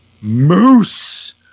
Moose